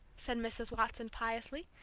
said mrs. watson, piously.